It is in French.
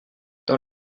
dans